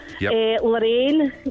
Lorraine